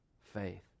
faith